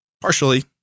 Partially